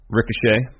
Ricochet